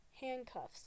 handcuffs